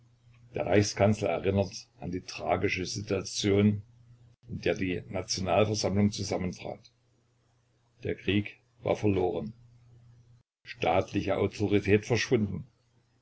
der reichskanzler erinnert an die tragische situation in der die nationalversammlung zusammentrat der krieg war verloren staatliche autorität verschwunden